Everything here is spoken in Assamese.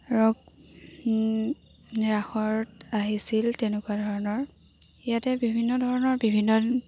ৰাসত আহিছিল তেনেকুৱা ধৰণৰ ইয়াতে বিভিন্ন ধৰণৰ বিভিন্ন